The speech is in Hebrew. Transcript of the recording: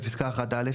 בפסקה (1)(א),